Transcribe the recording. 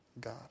God